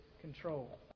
control